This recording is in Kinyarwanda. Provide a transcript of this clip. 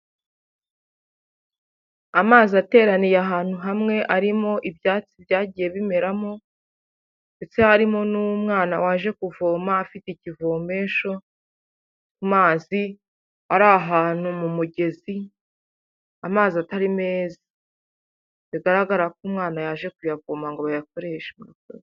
Amazi ateraniye ahantu hamwe arimo ibyatsi byagiye bimeramo ndetse harimo n'umwana waje kuvoma afite ikivomesho, amazi ari ahantu mu mugezi, amazi atari meza bigaragara ko umwana yaje kuyavoma ngo bayakoreshe.